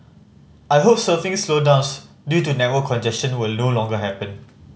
I hope surfing slowdowns due to network congestion will no longer happen